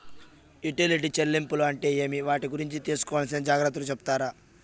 Utility చెల్లింపులు అంటే ఏమి? వాటి గురించి తీసుకోవాల్సిన జాగ్రత్తలు సెప్తారా?